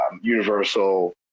universal